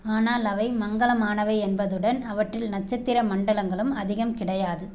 ஆனால் அவை மங்கலமானவை என்பதுடன் அவற்றில் நட்சத்திர மண்டலங்களும் அதிகம் கிடையாது